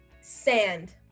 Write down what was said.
sand